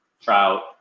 Trout